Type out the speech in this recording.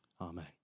Amen